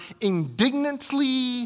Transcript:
indignantly